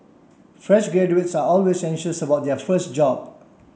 fresh graduates are always anxious about their first job